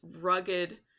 rugged